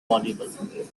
audible